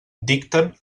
dicten